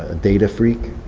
ah data freak.